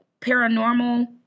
paranormal